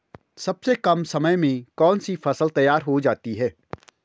सबसे कम समय में कौन सी फसल तैयार हो जाती है?